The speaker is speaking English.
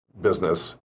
business